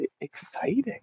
exciting